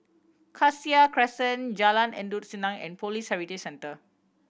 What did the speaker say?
Cassia Crescent Jalan Endut Senin and Police Heritage Centre